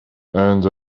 and